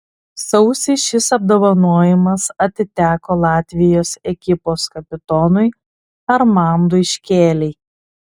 sausį šis apdovanojimas atiteko latvijos ekipos kapitonui armandui škėlei